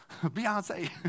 Beyonce